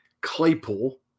Claypool